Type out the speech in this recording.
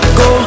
go